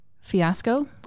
fiasco